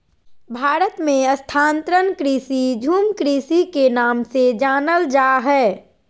भारत मे स्थानांतरण कृषि, झूम कृषि के नाम से जानल जा हय